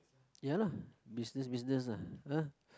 ya lah business business ah